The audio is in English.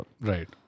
Right